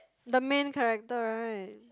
the main character right